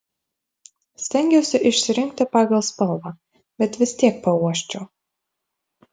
stengiausi išsirinkti pagal spalvą bet vis tiek pauosčiau